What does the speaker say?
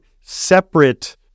separate